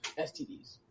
STDs